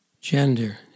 Gender